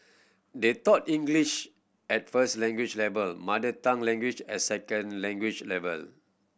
they taught English at first language level mother tongue language at second language level